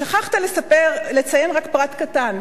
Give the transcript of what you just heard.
שכחת לציין רק פרט קטן,